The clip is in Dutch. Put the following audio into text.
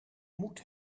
moet